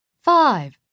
Five